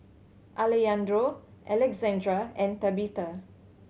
Alejandro Alexandria and Tabetha